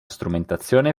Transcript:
strumentazione